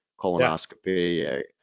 colonoscopy